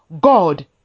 God